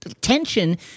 tension